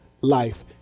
life